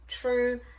true